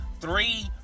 three